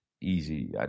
easy